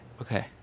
Okay